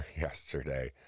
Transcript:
yesterday